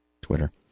Twitter